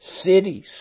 cities